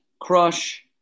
Crush